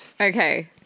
Okay